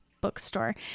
bookstore